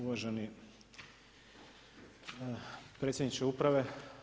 Uvaženi predsjedniče uprave.